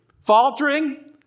Faltering